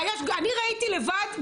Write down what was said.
אני ראיתי לבד,